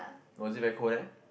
was it very cold there